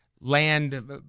land